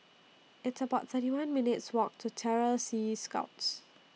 It's about thirty one minutes' Walk to Terror Sea Scouts